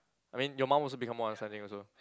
I mean your mom also become more understanding also